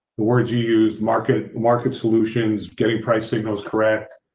the words you used market market solutions, getting pricing those correct?